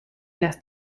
las